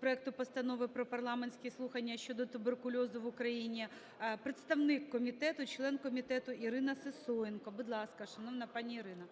проекту Постанови про парламентські слухання щодо туберкульозу в Україні представник комітету, член комітету Ірина Сисоєнко. Будь ласка, шановна пані Ірина.